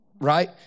right